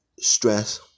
stress